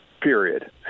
period